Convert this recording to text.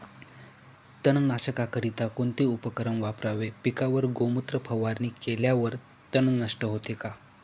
तणनाशकाकरिता कोणते उपकरण वापरावे? पिकावर गोमूत्र फवारणी केल्यावर तण नष्ट होते का?